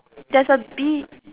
there's a bee